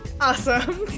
Awesome